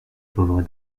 pauvre